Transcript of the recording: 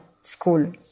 school